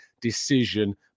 decision